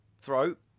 throat